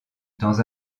dans